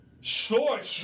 short